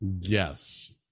Yes